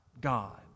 God